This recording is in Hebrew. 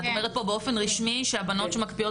את אומרת פה באופן רשמי שהבנות שמקפיאות